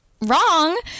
wrong